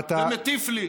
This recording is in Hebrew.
ומטיף לי.